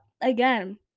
again